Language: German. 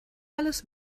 alles